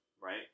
right